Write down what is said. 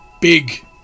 big